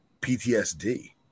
PTSD